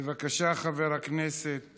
בבקשה, חבר הכנסת